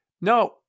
no